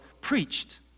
preached